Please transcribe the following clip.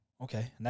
Okay